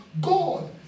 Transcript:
God